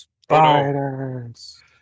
Spiders